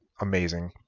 amazing